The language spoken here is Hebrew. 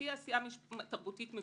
שתהיה עשייה תרבותית מגוונת.